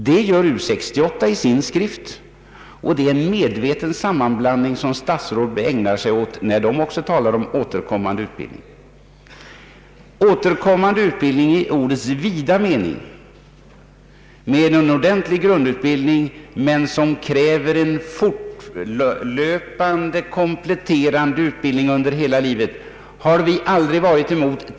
Det gör U 68 i sin skrift, och det är en medveten sammanblandning som statsrådet ägnar sig åt när han talar om återkommande utbildning. Återkommande utbildning i ordets egentliga mening, d.v.s. en ordentlig grundutbildning i botten och en fortlöpande kompletterande utbildning som återkommer under hela livet, har vi aldrig varit emot.